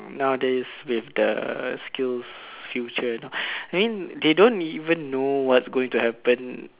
nowadays with the Skills Future you know I mean they don't even know what's going to happen